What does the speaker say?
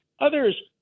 others